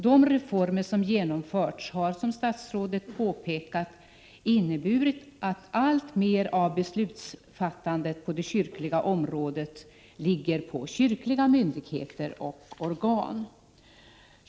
De reformer som genomförts har, som statsrådet påpekat, inneburit att alltmer av beslutsfattandet på det kyrkliga området ligger på kyrkliga myndigheter och organ.